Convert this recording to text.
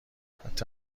حتی